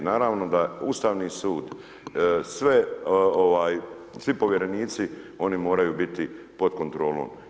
Naravno da Ustavni sud sve, svi povjerenici oni moraju biti pod kontrolom.